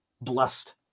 blessed